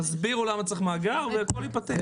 תסבירו למה צריך מאגר והכול ייפתר.